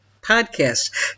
podcast